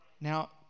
now